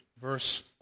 verse